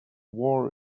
war